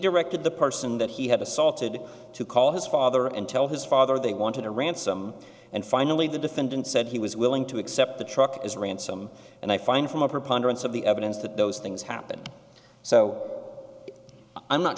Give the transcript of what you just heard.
directed the person that he had assaulted to call his father and tell his father they wanted a ransom and finally the defendant said he was willing to accept the truck as ransom and i find from a preponderance of the evidence that those things happened so i'm not